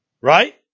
Right